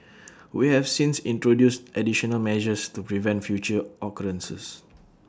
we have since introduced additional measures to prevent future occurrences